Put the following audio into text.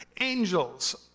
Angels